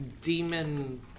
demon